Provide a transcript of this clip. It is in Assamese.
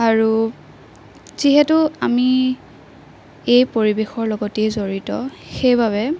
আৰু যিহেতু আমি এই পৰিবেশৰ লগতেই জড়িত সেইবাবে